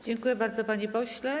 Dziękuję bardzo, panie pośle.